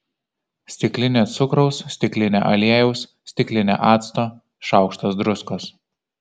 stiklinė cukraus stiklinė aliejaus stiklinė acto šaukštas druskos